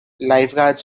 lifeguards